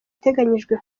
iteganyijwe